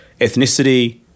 ethnicity